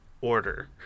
order